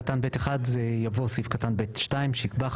אחרי סעיף קטן (ב1) יבוא סעיף קטן (ב2) שיקבע,